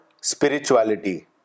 spirituality